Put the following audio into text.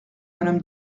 madame